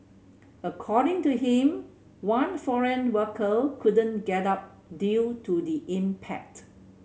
according to him one foreign worker couldn't get up due to the impact